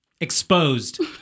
exposed